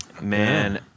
Man